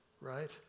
right